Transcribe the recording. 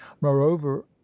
moreover